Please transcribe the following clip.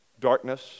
darkness